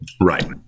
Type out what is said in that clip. right